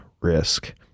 risk